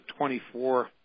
24